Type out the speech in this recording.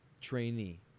trainee